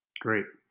great.